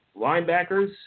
linebackers